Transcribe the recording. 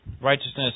righteousness